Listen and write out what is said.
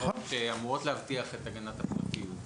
יש הוראות שאמורות להבטיח את הגנת הפרטיות.